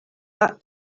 that